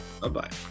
bye-bye